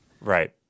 Right